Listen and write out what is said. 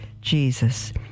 Jesus